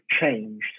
changed